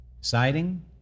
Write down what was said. Siding